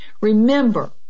Remember